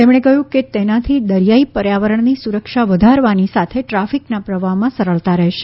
તેમણે જણાવ્યું કે તેનાથી દરિયાઇ પર્યાવરણની સુરક્ષા વધારવાની સાથે ટ્રાફિકના પ્રવાહમાં સરળતા રહેશે